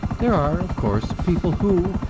there are, of course, people who,